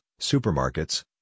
supermarkets